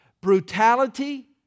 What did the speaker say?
brutality